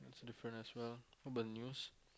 it's different as well how about the